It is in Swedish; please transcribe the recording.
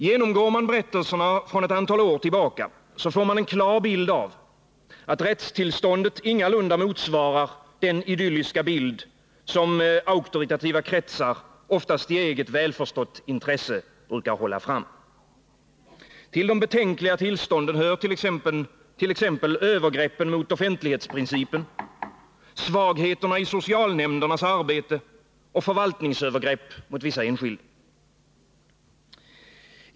Går man igenom berättelserna från ett antal år tillbaka, får man en klar bild av att rättstillståndet ingalunda motsvarar den idylliska bild som auktoritativa kretsar, oftast i eget intresse, brukar hålla fram. Till de betänkliga tillstånden hör t.ex. övergreppen mot offentlighetsprincipen, svagheterna i socialnämndernas arbete och förvaltningsövergrepp mot vissa enskilda.